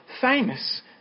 famous